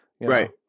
Right